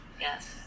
yes